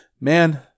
man